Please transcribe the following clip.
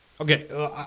okay